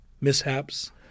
mishaps